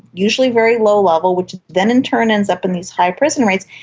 usually very low level, which then in turn ends up in these high prison rates.